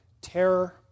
terror